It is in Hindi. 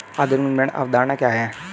आधुनिक विपणन अवधारणा क्या है?